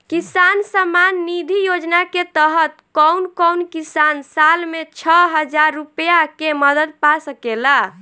किसान सम्मान निधि योजना के तहत कउन कउन किसान साल में छह हजार रूपया के मदद पा सकेला?